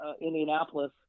Indianapolis